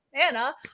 Anna